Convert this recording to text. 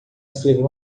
escrever